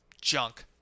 junk